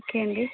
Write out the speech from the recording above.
okay అండి